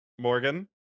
Morgan